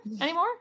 anymore